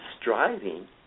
striving